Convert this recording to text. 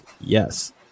Yes